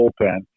bullpen